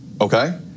okay